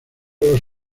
los